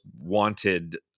wanted